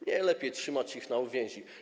Nie, lepiej trzymać ich na uwięzi.